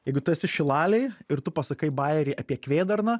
jeigu tu esi šilalėj ir tu pasakai bajerį apie kvėdarną